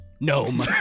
gnome